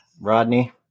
Rodney